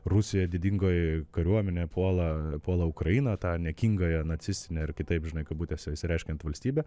rusija didingoji kariuomenė puola puola ukrainą tą niekingąją nacistinę ir kitaip žinai kabutėse išreiškiant valstybę